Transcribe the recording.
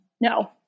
no